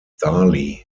daly